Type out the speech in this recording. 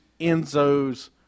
Enzo's